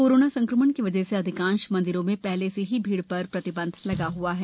corona संक्रमण की वजह से अधिकांश मंदिरों में शहले से ही भीड़ शर प्रतिबंध लगा हआ है